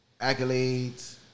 accolades